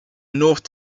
north